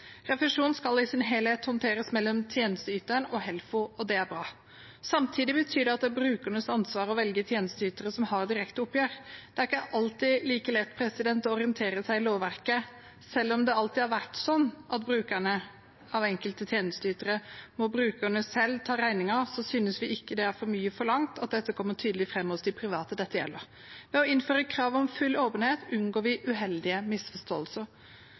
Refusjonen skal i sin helhet håndteres mellom tjenesteyteren og Helfo. Det er bra. Samtidig betyr det at det er brukernes ansvar å velge tjenesteytere som har direkte oppgjør. Det er ikke alltid like lett å orientere seg i lovverket. Selv om det alltid har vært slik at ved bruk av enkelte tjenesteytere må bruker selv ta regningen, synes vi ikke det er for mye forlangt at dette kommer tydelig fram hos private dette gjelder. Ved å innføre krav om full åpenhet unngår vi uheldige misforståelser.